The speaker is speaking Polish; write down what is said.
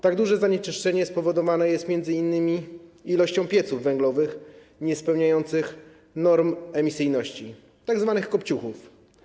Tak duże zanieczyszczenie spowodowane jest m.in. ilością pieców węglowych niespełniających norm emisyjności, tzw. kopciuchów.